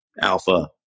alpha